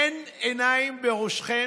אין עיניים בראשכם?